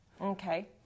okay